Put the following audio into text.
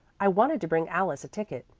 i wanted to bring alice a ticket,